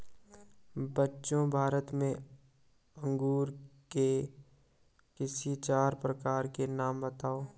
बच्चों भारत में अंगूर के किसी चार प्रकार के नाम बताओ?